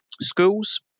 schools